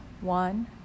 one